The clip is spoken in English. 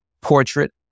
Portrait